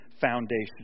foundation